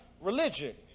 religion